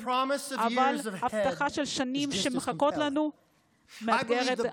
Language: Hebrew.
אבל ההבטחה של השנים שלפנינו מרתקת לא פחות.